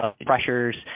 pressures